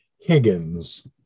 Higgins